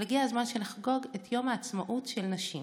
אבל הגיע הזמן שנחגוג את יום העצמאות של נשים.